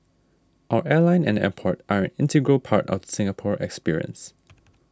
our airline and airport are an integral part of the Singapore experience